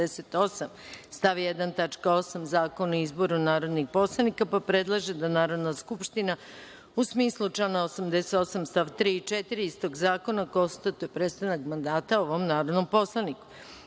tačka 8) Zakona o izboru narodnih poslanika, pa predlaže da Narodna skupština u smislu člana 88. stav 3. i 4. istog zakona konstatuje prestanak mandata ovom narodnom poslaniku. Saglasno